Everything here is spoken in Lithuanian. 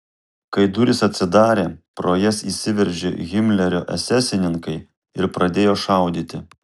kai durys atsidarė pro jas įsiveržė himlerio esesininkai ir pradėjo šaudyti